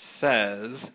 says